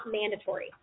mandatory